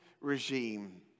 regime